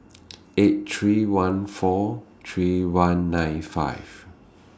eight three one four three one nine five